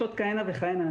יש עוד כהנה וכהנה.